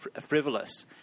frivolous